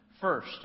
First